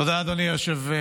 תודה, אדוני היושב-ראש.